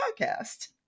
podcast